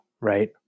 right